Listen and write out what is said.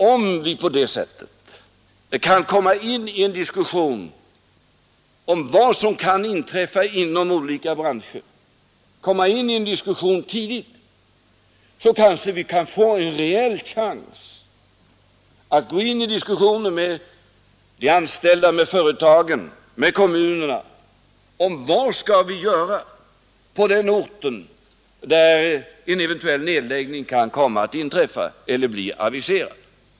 Om vi på detta sätt tidigt kan ta upp en diskussion om vad som kan komma att inträffa inom olika branscher, får vi kanske en rejäl chans att diskutera frågan med de anställda, med företagen och med kommunerna om vad vi skall göra på den ort där en eventuell nedläggning kan komma att intri fa eller bli aviserad.